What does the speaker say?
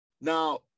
Now